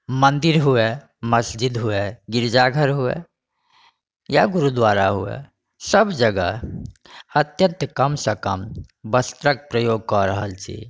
मन्दिर हुए मस्जिद हुए गिरिजाघर हुए या गुरुद्वारा हुए सभ जगह अत्यन्त कम सँ कम वस्त्रके प्रयोग कऽ रहल छी